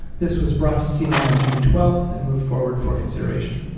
this was brought to c and i on june twelve and moved forward for consideration.